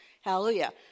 hallelujah